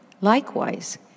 likewise